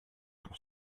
pour